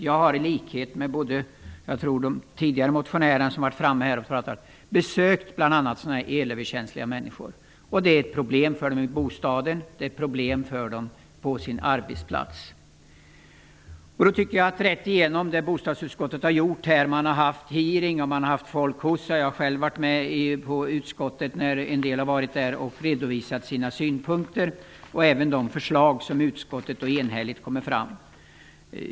Jag har i likhet med tidigare talare besökt bl.a. elöverkänsliga människor. Det är problem för dem i bostaden, problem på arbetsplatsen. Utskottet har haft en hearing. Man har haft folk hos sig som redovisat sina synpunkter vilka jag själv har tagit dela av, liksom av de förslag som utskottet enhälligt kommit fram till.